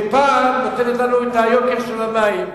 ופעם נותנת לנו את היוקר של המים.